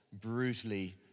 brutally